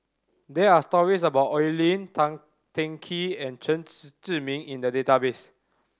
there are stories about Oi Lin Tan Teng Kee and Chen Zhiming in the database